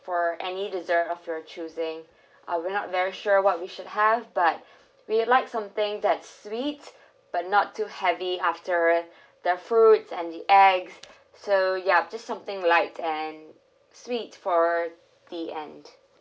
for any dessert of your choosing uh we're not very sure what we should have but we'd like something that's sweet but not too heavy after the fruits and the eggs so ya just something light and sweet for the end